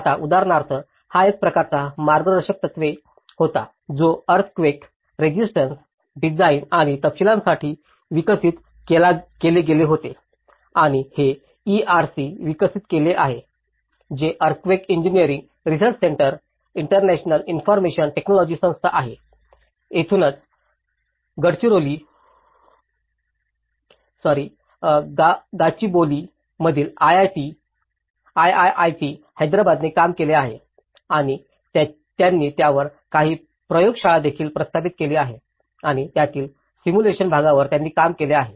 आता उदाहरणार्थ हा एक प्रकारचा मार्गदर्शक तत्त्वे होता जो अर्थक्वेक रेजिस्टन्स डिझाइन आणि तपशीलांसाठी विकसित केले गेले होते आणि हे ईआरसी विकसित केले आहे जे earthquake engineering research centre international information technology संस्था आहे येथूनच गाचिबोवली मधील आयआयआयटी हैदराबादने काम केले आहे आणि त्यांनी त्यावर काही प्रयोगशाळा देखील स्थापित केली आहेत आणि त्यातील सिम्युलेशन भागावर त्यांनी काम केले आहे